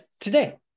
today